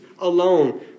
alone